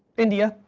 india,